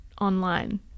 online